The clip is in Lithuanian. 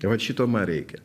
tai vat šito ma reikia